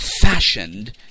fashioned